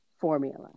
formula